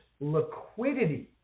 liquidity